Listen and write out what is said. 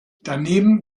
daneben